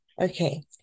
Okay